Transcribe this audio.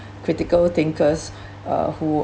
critical thinkers uh who